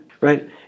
right